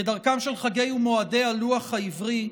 כדרכם של חגי ומועדי הלוח העברי,